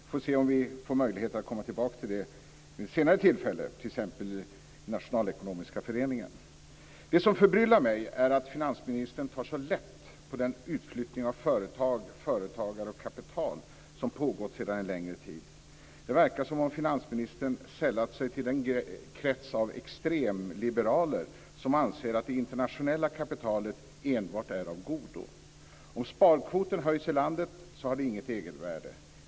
Vi får se om vi får möjlighet att komma tillbaka till det vid ett senare tillfälle, t.ex. i Det som förbryllar mig är att finansministern tar så lätt på den utflyttning av företag, företagare och kapital som pågått sedan en längre tid. Det verkar som om finansministern sällat sig till den krets av extremliberaler som anser att det internationella kapitalet enbart är av godo. Om sparkvoten höjs i landet har det inget egenvärde.